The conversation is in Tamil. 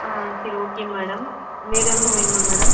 ஆ சரி ஓகே மேடம் வேறு எதுவும் வேணுமா மேடம்